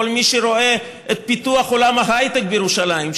כל מי שרואה את פיתוח עולם ההייטק בירושלים,